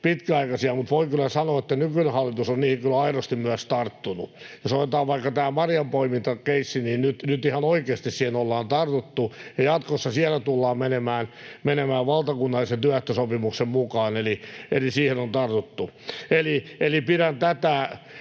pitkäaikaisia, mutta voin kyllä sanoa, että nykyinen hallitus on niihin aidosti myös tarttunut. Jos otetaan vaikka tämä marjanpoimintakeissi, niin nyt ihan oikeasti siihen ollaan tartuttu, ja jatkossa siellä tullaan menemään valtakunnallisen työehtosopimuksen mukaan, eli siihen on tartuttu. Eli pidän tätä